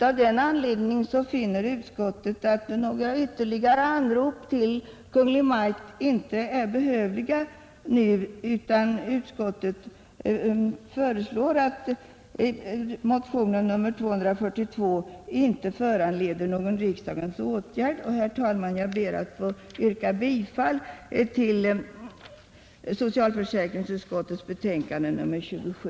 Av denna anledning finner utskottet att några ytterligare anrop till Kungl. Maj:t inte är behövliga nu. Utskottet föreslår att motionen 242 inte föranleder någon riksdagens åtgärd. Herr talman! Jag ber att få yrka bifall till socialförsäkringsutskottets betänkande nr 27.